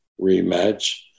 rematch